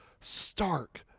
stark